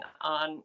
on